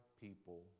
people